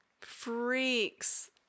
Freaks